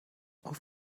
auf